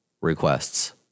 requests